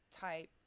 type